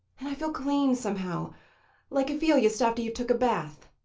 and i feel clean, somehow like you feel yust after you've took a bath.